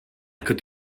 could